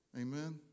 Amen